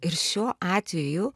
ir šiuo atveju